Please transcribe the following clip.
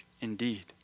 indeed